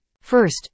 First